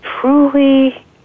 truly